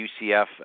UCF